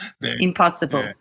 Impossible